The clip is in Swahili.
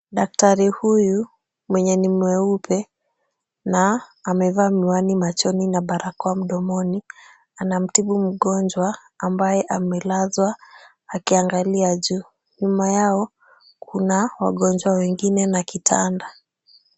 Daktari huyu mwenye ni mweupe, na amevaa miwani machoni na barakoa mdomoni, anamtibu mgonjwa ambaye amelazwa akiangalia juu. Nyuma yao, kuna wagonjwa wengine na kitanda.